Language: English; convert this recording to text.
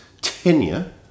tenure